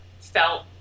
felt